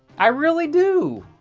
i really do.